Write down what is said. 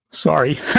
Sorry